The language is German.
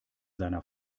seiner